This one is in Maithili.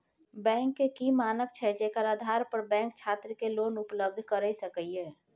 बैंक के की मानक छै जेकर आधार पर बैंक छात्र के लोन उपलब्ध करय सके ये?